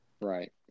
Right